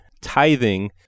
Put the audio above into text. tithing